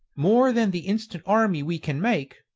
more than the instant army we can make,